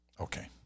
Okay